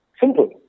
Simple